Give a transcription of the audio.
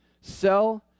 sell